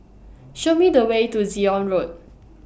Show Me The Way to Zion Road